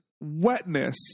wetness